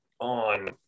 on